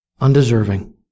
Undeserving